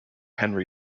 henry